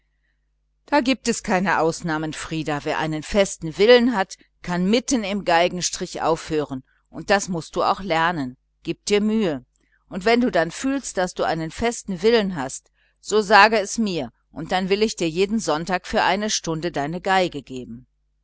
da gibt es keine ausnahmen frieder wer einen festen willen hat kann mitten im geigenstrich aufhören und das mußt du auch lernen gib dir mühe und wenn du dann fühlst daß du einen festen willen hast so sage es mir dann will ich dir jeden sonntag für eine stunde deine geige geben